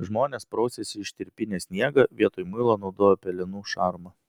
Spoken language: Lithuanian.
žmonės prausėsi ištirpinę sniegą vietoj muilo naudojo pelenų šarmą